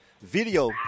video